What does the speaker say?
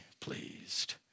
pleased